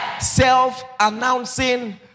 Self-announcing